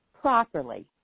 properly